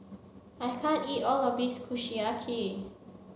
I can't eat all of this Kushiyaki